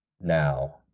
now